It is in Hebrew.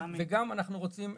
אנחנו גם רוצים,